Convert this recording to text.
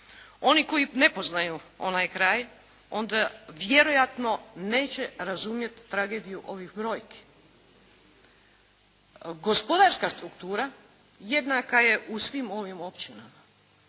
Oni koji ne poznaju onaj kraj onda vjerojatno neće razumjeti tragediju ovih brojki. Gospodarska struktura jednaka je u svim ovim općinama.